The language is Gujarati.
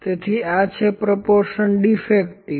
તેથી આ છે પ્રોપોર્શન ડીફેક્ટિવ